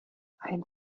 ein